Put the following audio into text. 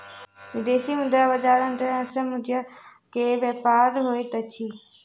विदेशी मुद्रा बजार अंतर्राष्ट्रीय मुद्रा के व्यापार होइत अछि